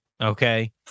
Okay